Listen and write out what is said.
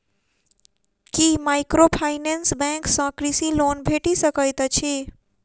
की microfinance bank सँ कृषि loan भेटि सकैत अछि?